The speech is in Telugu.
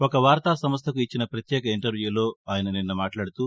ఒక వార్తా సంస్లకు ఇచ్చిన ప్రత్యేక ఇంటర్యూలో ఆయన నిన్న మాట్లాడుతూ